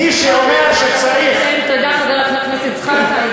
מי שאומר שצריך, תודה, חבר הכנסת זחאלקה.